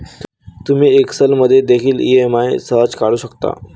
तुम्ही एक्सेल मध्ये देखील ई.एम.आई सहज काढू शकता